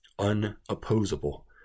unopposable